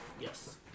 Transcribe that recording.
yes